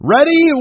Ready